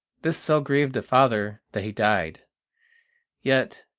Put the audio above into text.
this so grieved the father that he died yet,